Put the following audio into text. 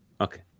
Okay